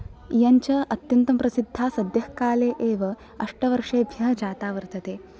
इयञ्च अत्यन्तं प्रसिद्धा सद्यः काले एव अष्टवर्षेभ्यः जाता वर्तते